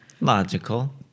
Logical